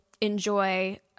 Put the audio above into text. enjoy